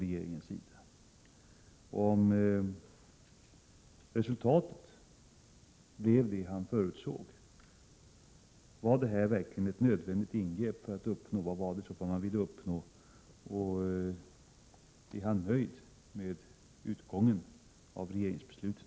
Jag vill också gärna veta om resultatet blev det han förutsåg. Var detta verkligen ett nödvändigt ingrepp för att uppnå det man ville uppnå? Är statsrådet nöjd med utgången av regeringsbeslutet?